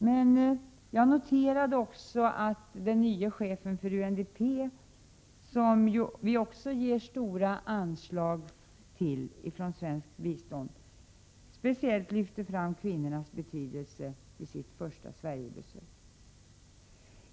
Men jag noterade även att den nye chefen för UNDP — som vi också ger stora anslag från svenskt bistånd — speciellt lyfte fram kvinnornas betydelse vid sitt första Sverigebesök.